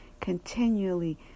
continually